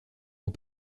aux